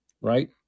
right